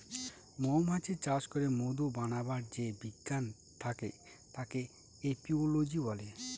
মৌমাছি চাষ করে মধু বানাবার যে বিজ্ঞান থাকে তাকে এপিওলোজি বলে